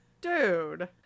dude